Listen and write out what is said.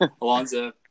Alonzo